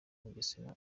bugesera